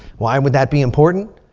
why and would that be important?